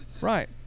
Right